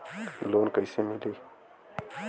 Loan कईसे मिली?